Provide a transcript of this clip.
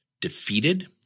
defeated